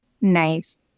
Nice